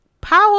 Power